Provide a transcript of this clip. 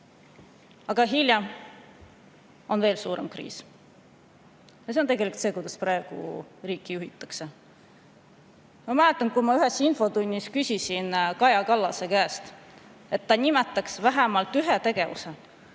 aga hiljem on veel suurem kriis. Ja see on tegelikult see, kuidas praegu riiki juhitakse. Ma mäletan, et ma küsisin ühes infotunnis Kaja Kallase käest, et ta nimetaks vähemalt ühe tegevuse